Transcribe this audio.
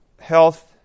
health